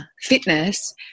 fitness